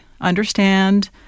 understand